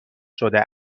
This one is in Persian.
شده